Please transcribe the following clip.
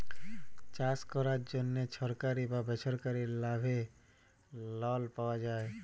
চাষ ক্যরার জ্যনহে ছরকারি বা বেছরকারি ভাবে লল পাউয়া যায়